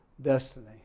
destiny